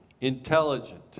intelligent